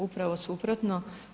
Upravo suprotno.